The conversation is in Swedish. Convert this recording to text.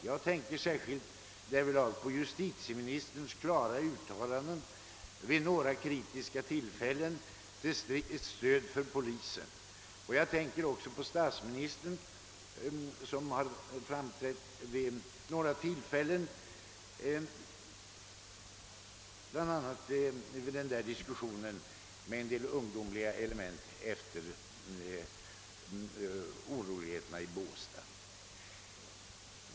Jag tänker därvidlag särskilt på justitieministerns klara uttalanden vid några kritiska tillfällen till stöd för polisen, och jag tänker också på statsministern som vid några tillfällen har framträtt bl.a. vid diskussionen med en del ungdomliga element efter oroligheterna i Båstad.